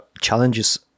challenges